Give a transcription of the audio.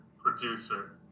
producer